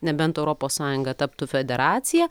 nebent europos sąjunga taptų federacija